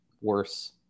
worse